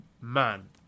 man